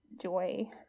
joy